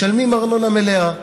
משלמות ארנונה מלאה,